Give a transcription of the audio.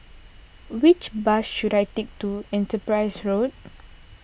which bus should I take to Enterprise Road